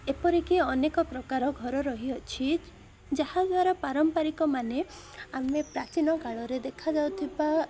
ଏପରିକି ଅନେକ ପ୍ରକାର ଘର ରହିଅଛି ଯାହାଦ୍ୱାରା ପାରମ୍ପାରିକ ମାନେ ଆମେ ପ୍ରାଚୀନକାଳରେ ଦେଖାଯାଉଥିବା